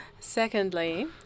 Secondly